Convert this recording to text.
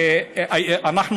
פציעות.